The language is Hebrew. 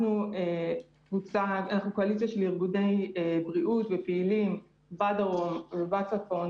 אנחנו קואליציה של ארגוני בריאות ופעילים בדרום ובצפון.